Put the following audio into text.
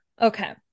Okay